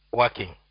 working